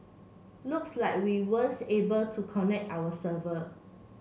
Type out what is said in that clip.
looks like we weren't able to connect our server